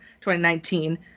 2019